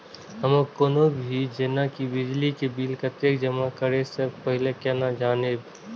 हमर कोनो भी जेना की बिजली के बिल कतैक जमा करे से पहीले केना जानबै?